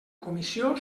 comissió